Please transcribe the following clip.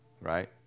right